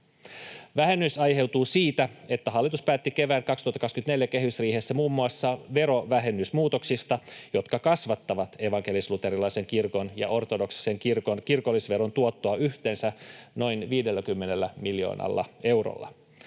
Vähennys aiheutuu siitä, että hallitus päätti kevään 2024 kehysriihessä muun muassa verovähennysmuutoksista, jotka kasvattavat evankelis-luterilaisen kirkon ja ortodoksisen kirkon kirkollisveron tuottoa yhteensä noin 50 miljoonalla eurolla.